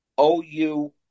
OU